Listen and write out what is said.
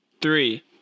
Three